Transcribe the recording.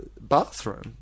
bathroom